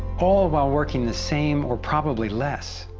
all while working the same, or probably less.